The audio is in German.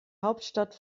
hauptstadt